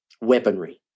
weaponry